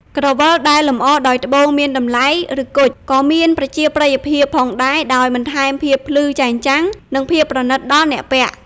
ក្រវិលដែលលម្អដោយត្បូងមានតម្លៃ ឬគុជ ក៏មានប្រជាប្រិយភាពផងដែរ ដោយបន្ថែមភាពភ្លឺចែងចាំង និងភាពប្រណីតដល់អ្នកពាក់។